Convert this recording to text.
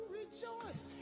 rejoice